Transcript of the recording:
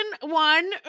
one